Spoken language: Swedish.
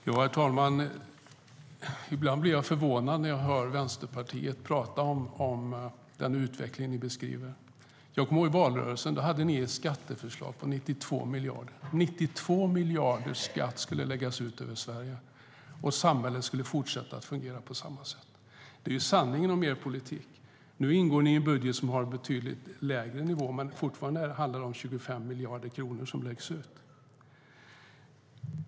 Herr talman! Ibland blir jag förvånad när jag hör Vänsterpartiet tala om den utveckling ni beskriver. I valrörelsen hade ni ett skatteförslag på 92 miljarder. 92 miljarder i skatt skulle läggas ut över Sverige, och samhället skulle fortsätta att fungera på samma sätt. Det är sanningen om er politik. Nu ingår ni i en budget som har en betydligt lägre nivå, men fortfarande är det 25 miljarder kronor som läggs ut.